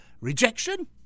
Rejection